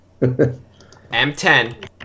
M10